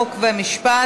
חוק ומשפט